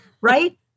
right